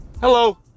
Hello